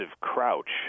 crouch